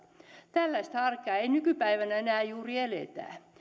tällaista arkea ei nykypäivänä enää juuri eletä